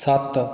ਸੱਤ